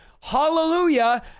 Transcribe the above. hallelujah